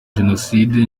jenoside